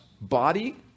body